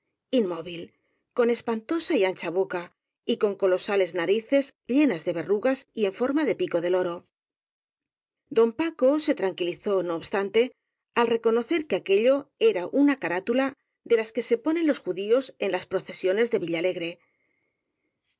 inmóvil con espantosa y ancha boca y con colo sales narices llenas de verrugas y en forma de pico de loro don paco se tranquilizó no obstante al reconocer que aquello era una carátula de las que se ponen los judíos en las procesiones de villalegre el